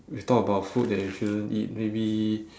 we've talked about food that we shouldn't eat maybe